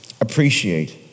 appreciate